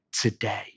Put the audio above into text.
today